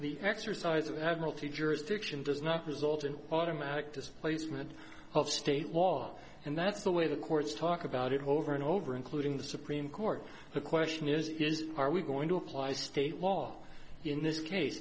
the exercise of admiralty jurisdiction does not result in an automatic displacement of state law and that's the way the courts talk about it over and over including the supreme court the question is is are we going to apply state law in this case